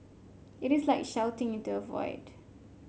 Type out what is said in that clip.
it is like shouting into a void